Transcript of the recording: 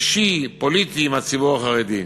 אישי, פוליטי, עם הציבור החרדי.